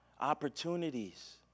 opportunities